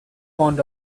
fond